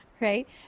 Right